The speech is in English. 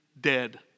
dead